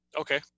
Okay